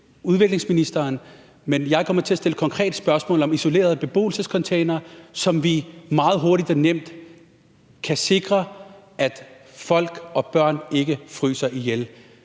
Men jeg kommer til at stille konkrete spørgsmål om isolerede beboelsescontainere, så vi meget hurtigt og nemt kan sikre, at folk og børn ikke fryser ihjel.